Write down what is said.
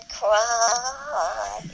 cry